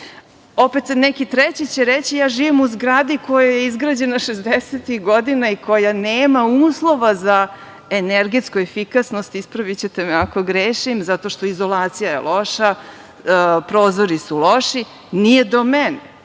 Opet neki treći će reći – ja živim u zgradi koja je izgrađena šezdesetih godina i koja nema uslova za energetsku efikasnost, ispravićete me ako grešim, zato što je izolacija loša, prozori su loši, nije do mene.